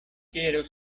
quiero